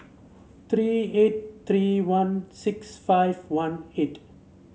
three eight three one six five one eight